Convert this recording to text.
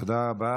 תודה רבה.